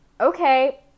okay